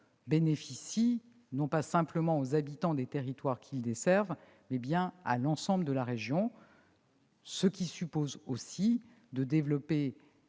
-bénéficie non pas simplement aux habitants des territoires qu'ils desservent, mais bien à l'ensemble de la région. Cela suppose aussi de développer